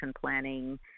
planning